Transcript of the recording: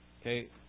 Okay